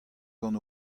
gant